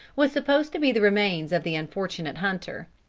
was supposed to be the remains of the unfortunate hunter.